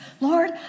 Lord